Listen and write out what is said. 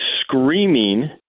screaming